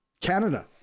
Canada